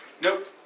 Nope